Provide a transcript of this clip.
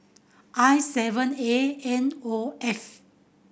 I seven A N O F